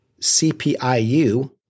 CPIU